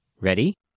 Ready